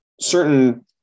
certain